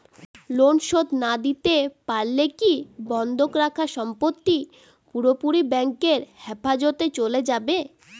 Loan শোধ না দিতে পারলে কি বন্ধক রাখা সম্পত্তি পুরোপুরি ব্যাংকের হেফাজতে চলে যাবে?